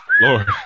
Lord